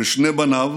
ושני בניו,